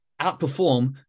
outperform